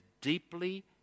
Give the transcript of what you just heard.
deeply